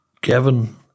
Kevin